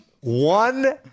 one